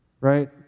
right